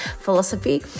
philosophy